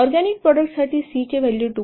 organic प्रॉडक्टसाठी c चे value २